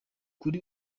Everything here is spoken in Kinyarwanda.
kuri